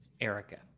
Erica